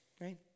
right